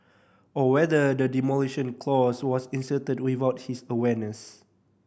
or whether the demolition clause was inserted without his awareness